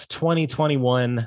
2021